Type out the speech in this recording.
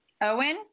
Owen